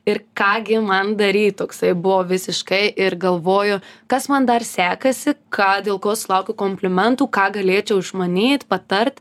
ir ką gi man daryt toksai buvo visiškai ir galvoju kas man dar sekasi ką dėl ko sulaukiu komplimentų ką galėčiau išmanyt patart